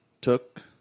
took